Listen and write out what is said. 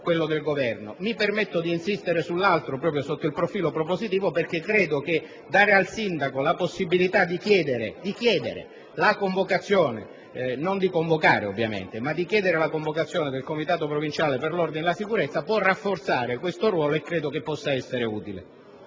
Mi permetto di insistere sull'emendamento 6.2, proprio sotto il profilo propositivo, perché ritengo che dare al sindaco la possibilità non di convocare, ovviamente, ma di chiedere la convocazione del comitato provinciale per l'ordine e la sicurezza può rafforzare questo ruolo e credo che possa essere utile.